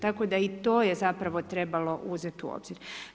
Tako da i to je zapravo trebalo uzeti u obzir.